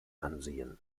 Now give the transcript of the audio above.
ansehen